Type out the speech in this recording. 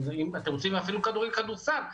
אפילו כדורסל.